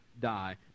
die